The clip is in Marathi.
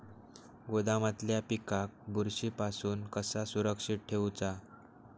गोदामातल्या पिकाक बुरशी पासून कसा सुरक्षित ठेऊचा?